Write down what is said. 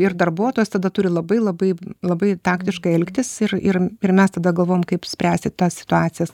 ir darbuotojas tada turi labai labai labai taktiškai elgtis ir ir ir mes tada galvojam kaip spręsti tas situacijas